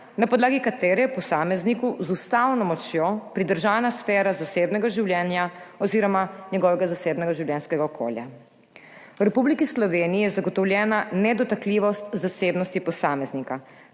na podlagi, katere je posamezniku z ustavno močjo pridržana sfera zasebnega življenja oz. njegovega zasebnega življenjskega okolja. V Republiki **9. TRAK (VI) 14.40** (nadaljevanje) Sloveniji je zagotovljena nedotakljivost zasebnosti posameznika,